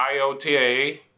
IOTA